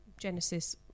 Genesis